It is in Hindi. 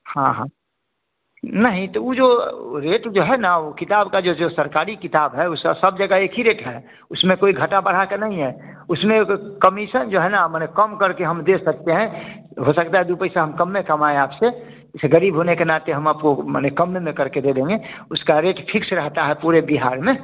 हाँ हाँ नहीं तो वह जो वह रेट जो है ना वह किताब का जो जो सरकारी किताब है वह स सब जगह एक ही रेट है उसमें कोई घटा बढ़ा कर नहीं है उसमें कमिसन जो है ना माने कम करके हम दे सकते हैं हो सकता है दो पैसा हम कम में कमाएं आप से जैसे ग़रीब होने के नाते हम आपको माने कम में में करके दे देंगे उसका रेट फिक्स रहता है पुरे बिहार में